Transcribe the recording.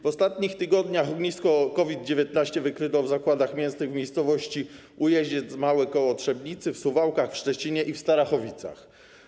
W ostatnich tygodniach ognisko COVID-19 wykryto w zakładach mięsnych w miejscowości Ujeździec Mały koło Trzebnicy, w Suwałkach, w Szczecinie i w Starachowicach.